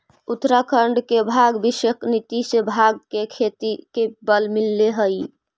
उत्तराखण्ड के भाँग विषयक नीति से भाँग के खेती के बल मिलले हइ